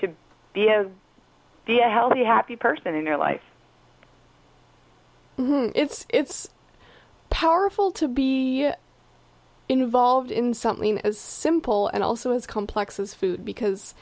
to be of the a healthy happy person in your life it's it's powerful to be involved in something as simple and also as complex as food because